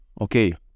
okay